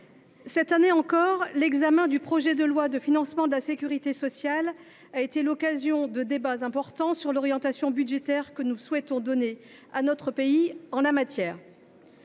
cette année encore, l’examen du projet de loi de financement de la sécurité sociale a été l’occasion de débats importants sur l’orientation budgétaire que nous souhaitons donner à notre pays en la matière.